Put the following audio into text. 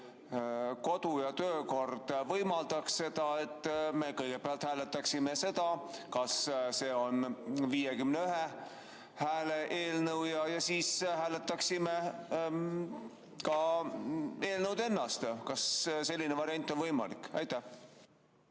kodu- ja töökord võimaldaks seda, et me kõigepealt hääletaksime, kas see on 51 hääle eelnõu, ja siis hääletaksime ka eelnõu ennast? Kas selline variant on võimalik? Aitäh!